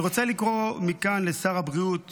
אני רוצה לקרוא מכאן לשר הבריאות